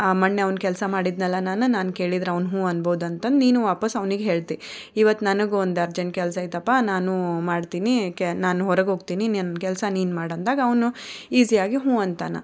ಮೊನ್ನೆ ಅವನ ಕೆಲಸ ಮಾಡಿದೆನಲ್ಲ ನಾನು ನಾನು ಕೇಳಿದ್ರೆ ಅವ್ನು ಹು ಅನ್ಬೋದು ಅಂತಂದು ನೀನು ವಾಪಸ್ಸು ಅವ್ನಿಗೆ ಹೇಳ್ತೆ ಇವತ್ತು ನನಗೂ ಒಂದು ಅರ್ಜೆಂಟ್ ಕೆಲಸ ಐತಪ್ಪ ನಾನು ಮಾಡ್ತೀನಿ ಕೆ ನಾನು ಹೊರಗೆ ಹೋಗ್ತೀನಿ ನನ್ನ ಕೆಲಸ ನೀನು ಮಾಡಿ ಅಂದಾಗ ಅವನು ಈಝಿಯಾಗಿ ಹ್ಞೂಂ ಅಂತಾನೆ